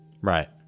Right